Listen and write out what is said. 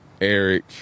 eric